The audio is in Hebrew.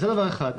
זה דבר אחד.